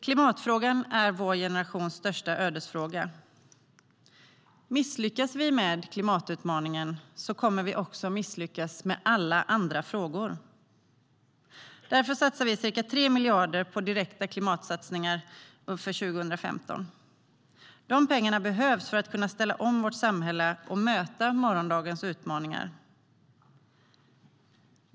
Klimatfrågan är vår generations största ödesfråga. Misslyckas vi med klimatutmaningen kommer vi också att misslyckas med alla andra frågor. Därför lägger vi ca 3 miljarder på direkta klimatsatsningar för 2015. De pengarna behövs för att vi ska kunna ställa om vårt samhälle och möta morgondagens utmaningar.